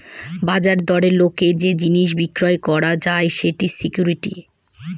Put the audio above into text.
বাজার দরে লোকের যে জিনিস বিক্রি করা যায় সেটা সিকুইরিটি